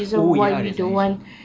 oh ya that's the reason